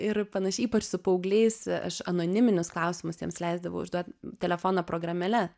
ir panašiai ypač su paaugliais aš anoniminius klausimus jiems leisdavau užduot telefono programėle